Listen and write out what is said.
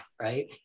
right